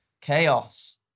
Chaos